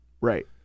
Right